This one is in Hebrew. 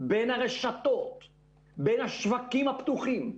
בין הרשתות ובין השווקים הפתוחים,